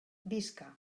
visca